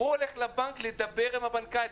הוא הולך לבנק לדבר עם הבנקאי.